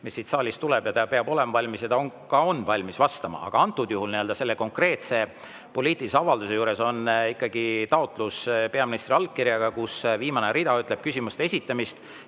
mis siit saalist tuleb, ja ta peab olema valmis ja ta ka on valmis vastama. Aga selle konkreetse poliitilise avalduse juures on ikkagi taotlus peaministri allkirjaga, mille viimane rida ütleb, et küsimuste esitamist